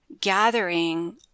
gathering